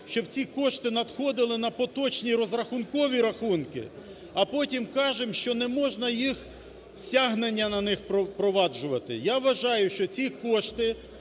щоб ці кошти надходили на поточні розрахункові рахунки, а потім кажемо, що не можна стягнення на них впроваджувати. Я вважаю, що ці кошти,